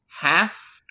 half